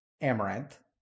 Amaranth